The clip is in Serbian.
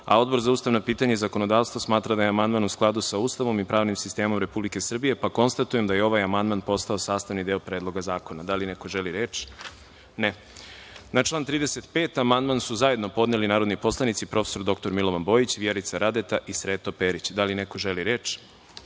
za ustavna pitanja i zakonodavstvo smatra da je amandman u skladu sa Ustavom i pravnim sistemom Republike Srbije. Konstatujem da je ovaj amandman postao sastavni deo Predloga zakona. Da li neko želi reč? (Ne)Na član 35. amandman su zajedno podneli narodni poslanici prof. dr Milovan Bojić, Vjerica Radeta i Sreto Perić. Da li neko želi reč?